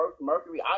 mercury